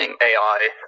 AI